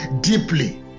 deeply